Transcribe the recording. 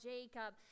Jacob